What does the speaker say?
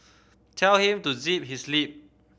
tell him to zip his lip